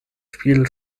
spiel